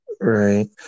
right